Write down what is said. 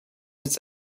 its